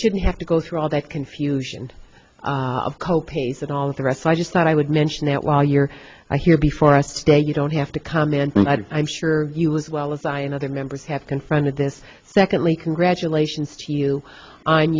shouldn't have to go through all that confusion of co pays and all the rest i just thought i would mention that while you are here before us today you don't have to comment i'm sure you as well as i and other members have confronted this secondly congratulations to you on